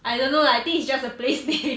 I don't know I think it's just a place name